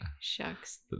Shucks